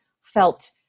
felt